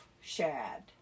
Shad